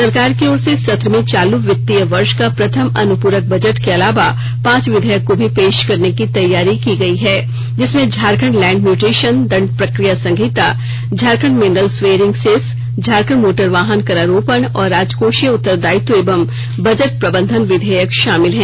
सरकार की ओर से सत्र में चालू वित्तीय वर्ष का प्रथम अनुपूरक बजट के अलावा पांच विधेयकों को भी पेश करने की तैयारी की गयी है जिसमें झारखंड लैंड म्यूटेशन दंड प्रक्रिया संहिता Jharkhand mineral bearing cess Jharkhand motor वाहन करारोपण और राजकोषीय उत्तरदायित्व एवं बजट प्रबंधन विधेयक शामिल है